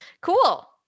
Cool